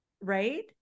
right